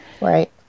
right